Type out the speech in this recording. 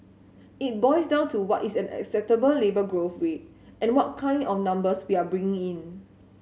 it boils down to what is an acceptable labour growth read and what kind of numbers we are bring in